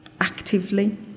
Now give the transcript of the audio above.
actively